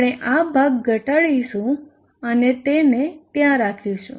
આપણે આ ભાગ ઘટાડીશું અને તેને ત્યાં રાખીશું